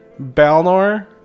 Balnor